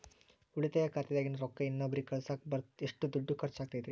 ಉಳಿತಾಯ ಖಾತೆದಾಗಿನ ರೊಕ್ಕ ಇನ್ನೊಬ್ಬರಿಗ ಕಳಸಾಕ್ ಎಷ್ಟ ದುಡ್ಡು ಖರ್ಚ ಆಗ್ತೈತ್ರಿ?